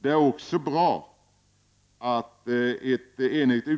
Det är också bra att ett enigt